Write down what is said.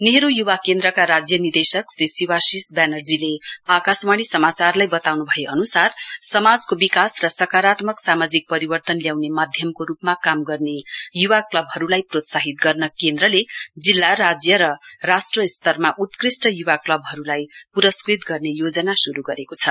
नेहरू युवा केन्द्रका राज्य निदेशक श्री सिवाशिष व्यानर्जीले आकाशवाणी समाचारलाई बताउन् भए अनुसार समाजको विकास र सकारात्मक सामाजिक परिवर्तन ल्याउने माध्यमको रूपमा काम गर्ने युवा क्लबहरूलाई प्रोत्साहित गर्न केन्द्रले जिल्ला राज्य तथा राष्ट्र स्तरमा उत्कृष्ट युवा क्लबहरूलाई पुरस्कृत गर्ने योजना शुरु गरेको छ